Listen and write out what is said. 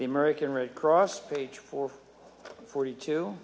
the american red cross page for forty two